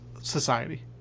society